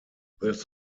this